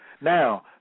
Now